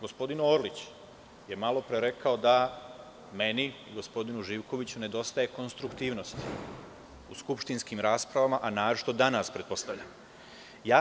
Gospodin Orlić je malo pre rekao da meni, gospodinu Živkoviću nedostaje konstruktivnosti u skupštinskim raspravama, a naročito, pretpostavljam danas.